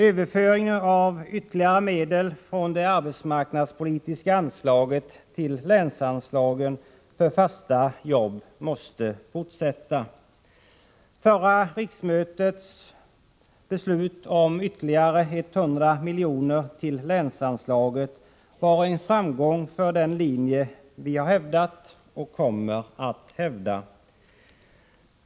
Överföringen av ytterligare medel från det arbetsmarknadspolitiska anslaget till länsanslagen för fasta jobb måste fortsätta. Förra riksmötets beslut om ytterligare 100 milj.kr. till länsanslaget var en framgång för den linje vi har hävdat och kommer att hävda.